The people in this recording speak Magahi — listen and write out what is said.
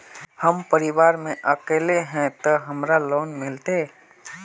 हम परिवार में हम अकेले है ते हमरा लोन मिलते?